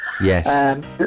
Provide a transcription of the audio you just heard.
Yes